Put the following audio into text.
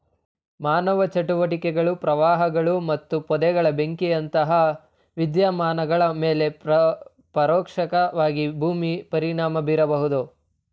ಮಾನವ ಚಟುವಟಿಕೆಗಳು ಪ್ರವಾಹಗಳು ಮತ್ತು ಪೊದೆಗಳ ಬೆಂಕಿಯಂತಹ ವಿದ್ಯಮಾನಗಳ ಮೇಲೆ ಪರೋಕ್ಷವಾಗಿ ಭೂಮಿ ಪರಿಣಾಮ ಬೀರಬಹುದು